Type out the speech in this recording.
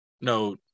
no